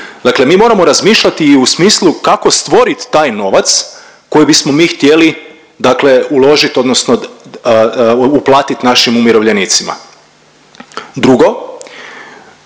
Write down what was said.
Dakle, mi moramo razmišljati i u smislu kako stvorit taj novac koji bismo mi htjeli dakle uložit odnosno uplatiti našim umirovljenicima. Drugo,